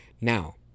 Now